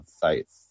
sites